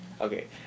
Okay